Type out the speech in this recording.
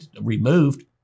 removed